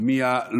מלאך, לא